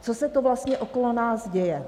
Co se to vlastně okolo nás děje?